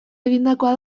egindakoa